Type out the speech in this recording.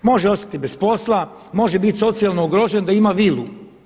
Može ostati bez posla, može bit socijalno ugrožen da ima vilu.